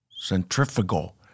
centrifugal